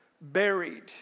buried